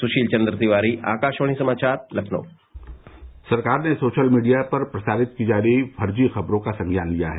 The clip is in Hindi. सुशील चन्द्र तिवारी आकाशवाणी समाचार लखनऊ सरकार ने सोशल मीडिया पर प्रसारित की जा रही फर्जी खबरों का संज्ञान लिया है